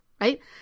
right